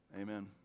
Amen